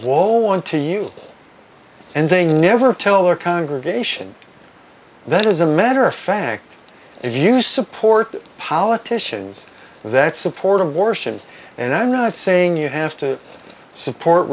wall want to you and they never tell their congregation that is a matter of fact if you support politicians that support abortion and i'm not saying you have to support